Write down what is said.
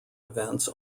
events